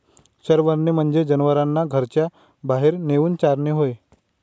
चरवणे म्हणजे जनावरांना घराच्या बाहेर नेऊन चारणे होय